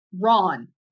Ron